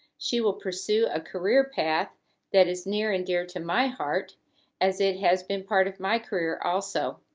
she will pursue a career path that is near and dear to my heart as it has been part of my career also.